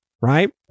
right